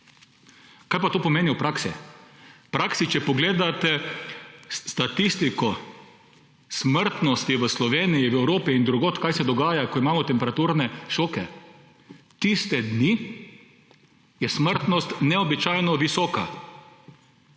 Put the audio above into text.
Kaj pa to pomeni v praksi? V praksi, če pogledate statistiko smrtnosti v Sloveniji, v Evropi in drugod, kaj se dogaja, ko imamo temperaturne šoke, je tiste dni smrtnost neobičajno visoka,